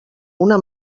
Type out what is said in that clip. una